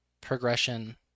progression